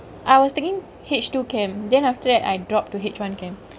I was takingk H two chem then after that I drop to H one chem